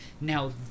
Now